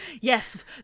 yes